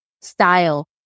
style